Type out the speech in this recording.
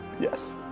Yes